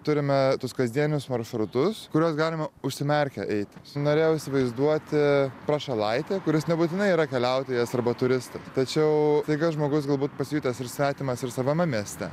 turime tuos kasdienius maršrutus kuriuos galime užsimerkę eiti užsisunorėjau įsivaizduoti prašalaitį kuris nebūtinai yra keliautojas arba turista tačiau staiga žmogus galbūt pasijutęs ir svetimas ir savame mieste